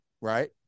right